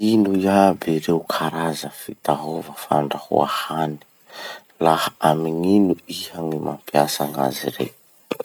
Ino iaby ireo karaza fitaova fandrahoa hany? laha amy gn'ino iha no mampiasa gn'azy rey?